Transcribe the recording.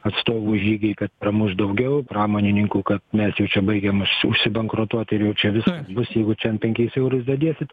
atstovų žygiai kad pramušt daugiau pramonininkų kad mes jau čia baigiam bankrutuot ir jau čia viskas bus jeigu čia penkiais eurais galėsite